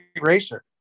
racer